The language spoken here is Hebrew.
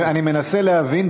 אני מנסה להבין,